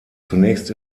zunächst